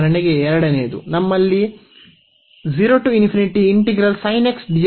ಉದಾಹರಣೆಗೆ ಎರಡನೆಯದು ನಮ್ಮಲ್ಲಿ ಇದೆ